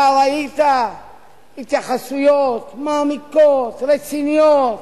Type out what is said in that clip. אבל ראית התייחסויות מעמיקות, רציניות,